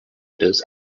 does